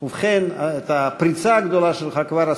ובכן, את הפריצה הגדולה שלך כבר עשית,